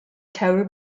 tower